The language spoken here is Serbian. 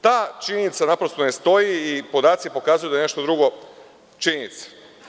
Ta činjenica naprosto ne stoji i podaci pokazuju da je nešto drugo činjenica.